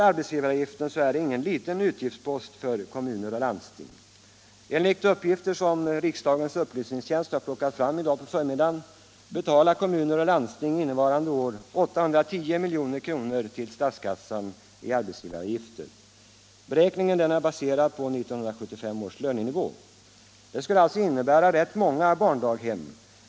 Arbetsgivaravgiften är ingen liten utgiftspost för kommuner och landsting. Enligt uppgifter, som riksdagens upplysningstjänst har plockat fram i dag på förmiddagen, betalar kommuner och landsting innevarande år 810 milj.kr. till statskassan i arbetsgivaravgifter. Beräkningen baseras på 1975 års lönenivå. Det skulle räcka till rätt många barndaghem.